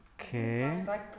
Okay